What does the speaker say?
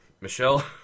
Michelle